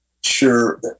sure